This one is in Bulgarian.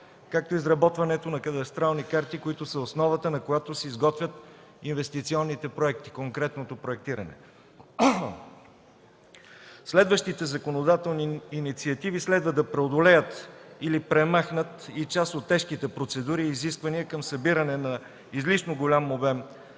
както и изработването на кадастрални карти, които са основата, на която се изготвят инвестиционните проекти, конкретното проектиране. Следващите законодателни инициативи следва да преодолеят или премахнат и част от тежките процедури и изисквания към събиране на излишно голям обем